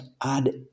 add